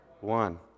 one